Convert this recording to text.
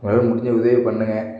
உங்களால் முடிஞ்ச உதவியை பண்ணுங்கள்